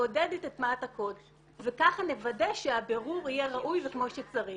לעודד את הטמעת הקוד וככה נוודא שהבירור יהיה ראוי וכמו שצריך.